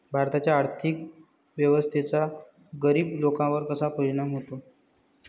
भारताच्या आर्थिक व्यवस्थेचा गरीब लोकांवर कसा परिणाम होतो?